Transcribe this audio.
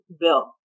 bill